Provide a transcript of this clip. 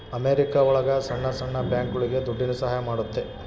America ಒಳಗ ಸಣ್ಣ ಸಣ್ಣ ಬ್ಯಾಂಕ್ಗಳುಗೆ ದುಡ್ಡಿನ ಸಹಾಯ ಮಾಡುತ್ತೆ